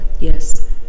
Yes